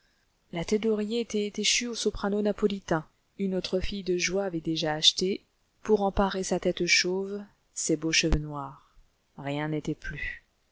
la taie d'oreiller était échue au soprano napolitain une autre fille de joie avait déjà acheté pour en parer sa tête chauve ces beaux cheveux noirs rien n'était plus